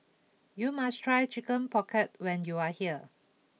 you must try Chicken Pocket when you are here